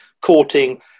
courting